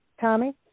Tommy